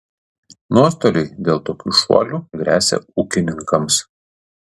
nuostoliai dėl tokių šuolių gresia ūkininkams